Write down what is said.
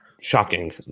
shocking